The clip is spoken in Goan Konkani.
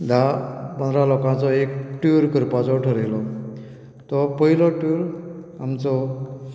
धा पंदरा लोकांचो एक टूर करपाक थरयलो तो पयलो टूर आमचो